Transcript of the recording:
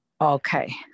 okay